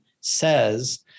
says